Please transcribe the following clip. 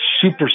super